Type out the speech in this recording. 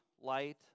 light